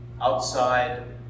outside